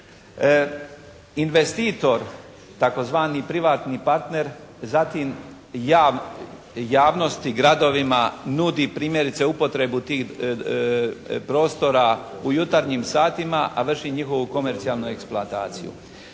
Investitor tzv. privatni partner zatim javnosti, gradovima nudi primjerice upotrebu tih prostora u jutarnjim satima, a vrši njihovu komercijalnu eksploataciju.